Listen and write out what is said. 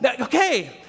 okay